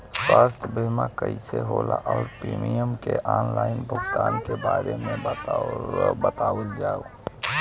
स्वास्थ्य बीमा कइसे होला और प्रीमियम के आनलाइन भुगतान के बारे में बतावल जाव?